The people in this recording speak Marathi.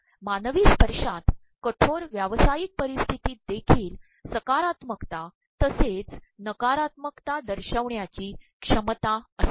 मानवी स्त्पशायत कठोर व्यावसातयक पररप्स्त्र्तीत देखील सकारात्मकता तसेच नकारात्मकता दशयप्रवण्याची क्षमता असते